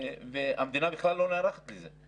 והמדינה בכלל לא נערכת לזה,